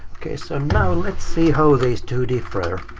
so now let's see how these two differ.